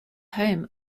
home